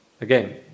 Again